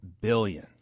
billion